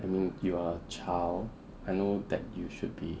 I mean you are a child I know that you should be